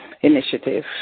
initiative